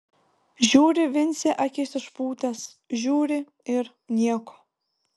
žiūri vincė akis išpūtęs žiūri ir nieko